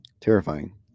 Terrifying